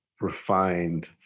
refined